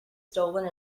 stolen